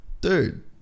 dude